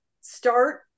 start